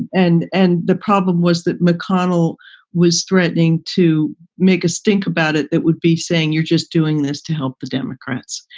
and and the problem was that mcconnell was threatening to make a stink about it. it would be saying you're just doing this to help the democrats,